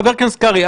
חבר הכנסת קרעי,